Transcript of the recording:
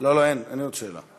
אין עוד שאלה.